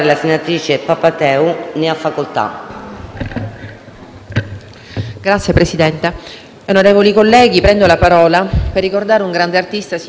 Grazie, Presidente.